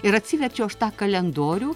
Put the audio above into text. ir atsiverčiau aš tą kalendorių